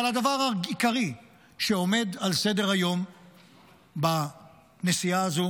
אבל הדבר העיקרי שעומד על סדר-היום בנסיעה הזאת